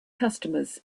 customers